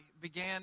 began